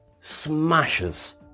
smashes